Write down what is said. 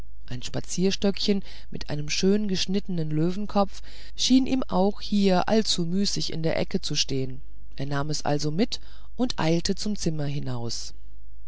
ein spazierstöcklein mit einem schön geschnittenen löwenkopf schien ihm auch hier allzu müßig in der ecke zu stehen er nahm es also mit und eilte zum zimmer hinaus